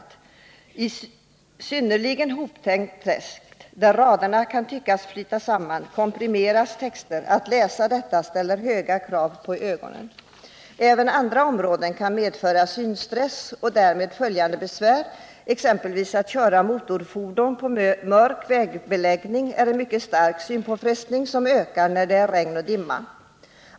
Det sker en komprimering till en synnerligen hopträngd text, där raderna kan tyckas flyta samman. Att läsa detta ställer höga krav på ögonen. Även andra områden kan medföra synstress och därmed följande besvär. Att köra motorfordon på mörk vägbeläggning innebär t.ex. en mycket stark synpåfrestning som ökar när det är regn och dimma.